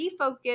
refocus